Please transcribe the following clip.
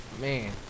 Man